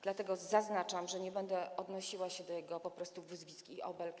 Dlatego zaznaczam, że nie będę odnosiła się do jego po prostu wyzwisk i obelg.